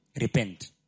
repent